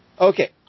Okay